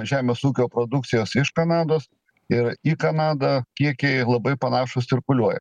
žemės ūkio produkcijos iš kanados ir į kanadą kiekiai labai panašūs cirkuliuoja